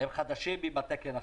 חדשים עם התקן החדש,